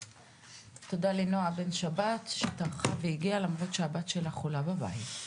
תודה לנועה בן שבת שטרחה והגיעה למרות שהבת שלה חולה בבית.